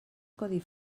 codi